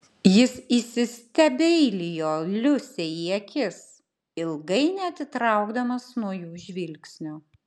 jis įsistebeilijo liusei į akis ilgai neatitraukdamas nuo jų žvilgsnio